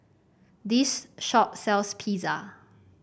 this shop sells Pizza